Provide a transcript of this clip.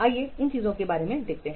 आइये इस चीजों के बारे में देखते हैं